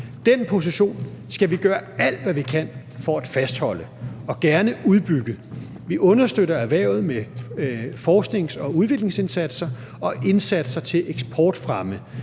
Den position skal vi gøre alt, hvad vi kan, for at fastholde og gerne udbygge. Vi understøtter erhvervet med forsknings- og udviklingsindsatser og indsatser til eksportfremme.